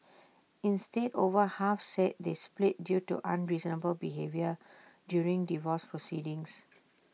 instead over half said they split due to unreasonable behaviour during divorce proceedings